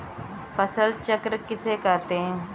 फसल चक्र किसे कहते हैं?